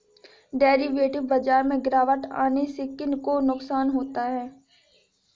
Derivative बाजार में गिरावट आने से किन को नुकसान होता है?